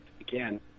again